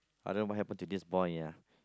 I don't know what happen to this boy ah